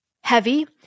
heavy